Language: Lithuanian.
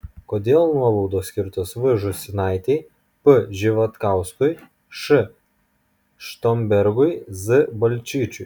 kodėl nuobaudos skirtos v žūsinaitei p živatkauskui s štombergui z balčyčiui